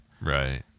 Right